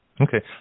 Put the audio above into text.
Okay